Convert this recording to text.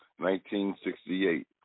1968